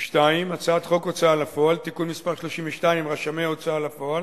2. הצעת חוק ההוצאה לפועל (תיקון מס' 32) (רשמי הוצאה לפועל),